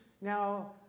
Now